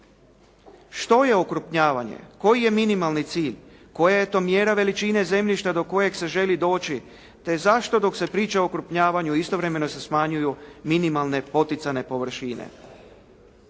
Što je okrupnjavanje? Koji je minimalni cilj? Koja je to mjera veličine zemljišta do kojeg se želi doći, te zašto dok se priča o okrupnjavanju istovremeno se smanjuju minimalne poticane površine.